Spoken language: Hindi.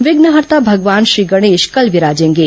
विघ्नहर्ता भगवान श्री गणेश कल विराजेंगे